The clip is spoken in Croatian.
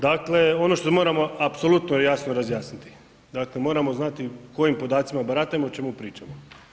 Dakle ono što moramo apsolutno i jasno razjasniti, dakle moramo znati kojim podacima baratamo i o čemu pričamo.